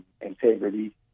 integrity